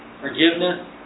forgiveness